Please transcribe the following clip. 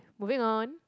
moving on